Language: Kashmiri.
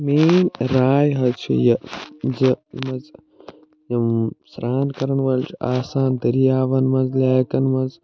میٲنۍ راے حظ چھِ یہِ یِم سران کَرن وٲلۍ چھِ آسان دٔریاون منٛز لیکن منٛز